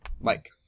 Mike